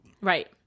Right